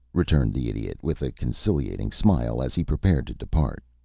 returned the idiot, with a conciliating smile as he prepared to depart.